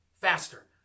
faster